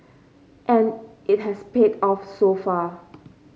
and it has paid off so far